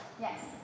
Yes